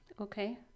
Okay